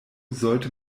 sollte